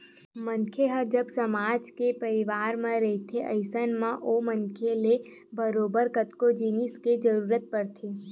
मनखे ह जब समाज म परवार म रहिथे अइसन म ओ मनखे ल बरोबर कतको जिनिस के जरुरत पड़थे